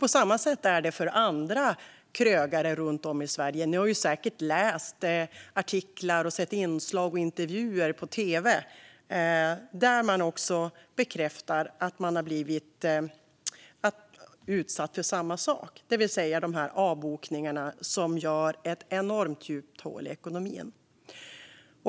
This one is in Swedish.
På samma sätt är det för andra krögare runt om i Sverige. Ni har säkert läst artiklar och sett inslag och intervjuer på tv där man bekräftar att man har blivit utsatt för samma sak, det vill säga de här avbokningarna, som gör ett enormt djupt hål i ekonomin.